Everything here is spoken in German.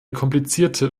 komplizierte